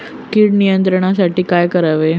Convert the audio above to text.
कीड नियंत्रणासाठी काय करावे?